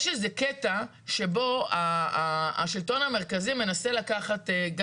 יש איזה קטע שבו השלטון המרכזי מנסה לקחת גם